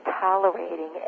tolerating